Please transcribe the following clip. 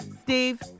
Steve